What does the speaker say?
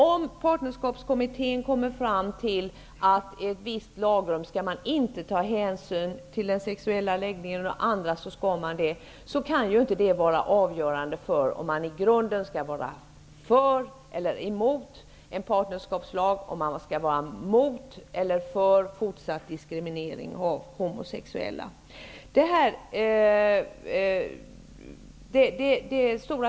Om Partnerskapskommittén kommer fram till att man i ett visst lagrum inte skall ta hänyn till den sexuella läggningen men att man skall göra det i ett annat, kan det inte vara avgörande för om man i grunden skall vara för eller emot en partnerskapslag, om man skall vara för eller emot fortsatt diskriminering av homosexuella.